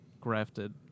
grafted